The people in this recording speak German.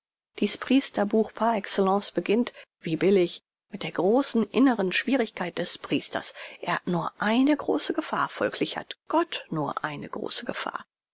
dies priesterbuch par excellence beginnt wie billig mit der großen inneren schwierigkeit des priesters er hat nur eine große gefahr folglich hat gott nur eine große gefahr